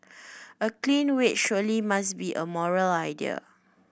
a clean wage surely must be a moral idea